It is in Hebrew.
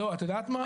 לא את יודע מה?